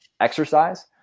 exercise